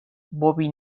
bobby